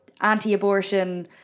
anti-abortion